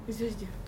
itu saja